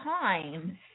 time